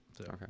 Okay